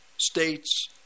states